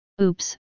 Oops